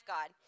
God